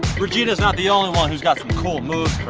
regina's not the only one who's got the the cool moves.